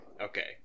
Okay